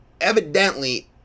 evidently